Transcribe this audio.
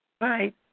Right